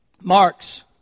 Marx